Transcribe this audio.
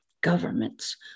governments